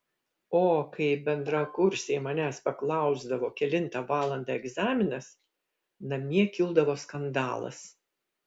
o kai bendrakursiai manęs paklausdavo kelintą valandą egzaminas namie kildavo skandalas